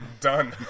Done